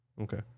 Okay